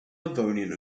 livonian